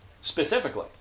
specifically